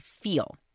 feel